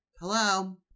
Hello